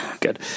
Good